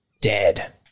dead